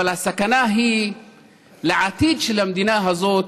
אבל הסכנה היא לעתיד של המדינה הזאת,